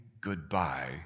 goodbye